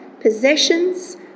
possessions